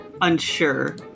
unsure